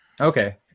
Okay